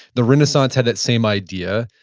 the renaissance had that same idea.